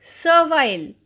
servile